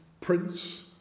prince